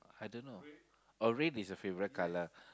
I don't know oh red is your favourite colour